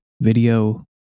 video